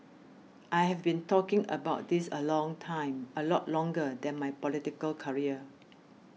I have been talking about this a long time a lot longer than my political career